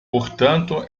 portanto